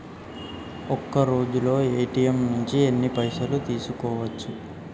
ఒక్కరోజులో ఏ.టి.ఎమ్ నుంచి ఎన్ని పైసలు తీసుకోవచ్చు?